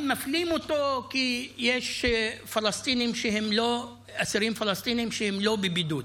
הם מפלים אותו כי יש אסירים פלסטינים שהם לא בבידוד.